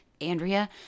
Andrea